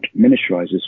miniaturizes